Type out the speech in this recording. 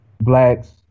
blacks